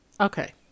Okay